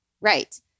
right